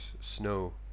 snow